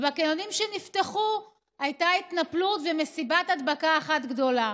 בקניונים שנפתחו הייתה התנפלות ומסיבת הדבקה אחת גדולה,